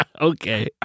okay